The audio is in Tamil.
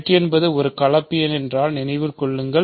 Z என்பது ஒரு கலப்பு எண் என்றால் நினைவில் கொள்ளுங்கள்